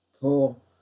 Cool